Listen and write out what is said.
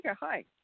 hi